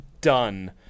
done